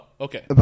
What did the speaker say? okay